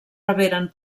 reberen